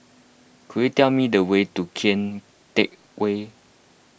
could you tell me the way to Kian Teck Way